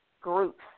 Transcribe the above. groups